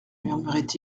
murmurait